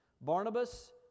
Barnabas